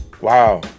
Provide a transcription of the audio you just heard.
Wow